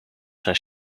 zijn